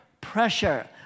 pressure